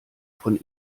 von